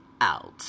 out